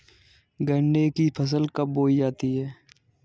गन्ने की फसल कब बोई जाती है?